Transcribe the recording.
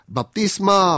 Baptisma